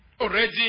Already